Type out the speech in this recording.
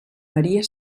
maria